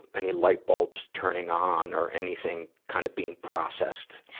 any lightbulbs turning on or anything, kind of being processed?